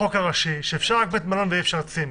בחוק הראשי שאפשר לתת מלון ואי-אפשר צימר.